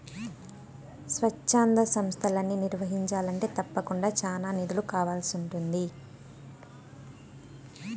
స్వచ్ఛంద సంస్తలని నిర్వహించాలంటే తప్పకుండా చానా నిధులు కావాల్సి ఉంటాది